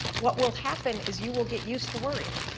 what will happen is you will get used to worrying.